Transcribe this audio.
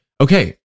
okay